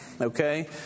Okay